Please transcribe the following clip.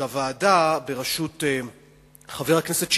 בוועדה, בראשות חבר הכנסת שטרית,